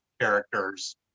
characters